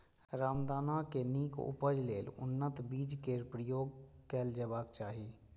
रामदाना के नीक उपज लेल उन्नत बीज केर प्रयोग कैल जेबाक चाही